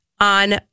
on